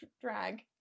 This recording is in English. drag